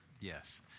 Yes